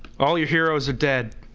all year as a dead